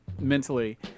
mentally